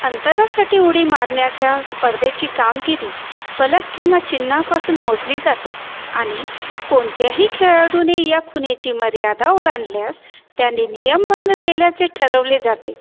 अंतरासाठी उडी मारण्याच्या स्पर्धेची कामगिरी फलक किंवा चिन्हापासून मोजली जाते आणि कोणत्याही खेळाडूने या खुणेची मर्यादा ओलांडल्यास त्याने नियमभंग केल्याचे ठरवले जाते